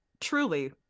truly